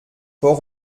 port